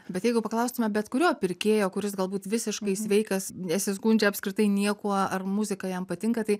bet jeigu paklaustume bet kurio pirkėjo kuris galbūt visiškai sveikas nesiskundžia apskritai niekuo ar muzika jam patinka tai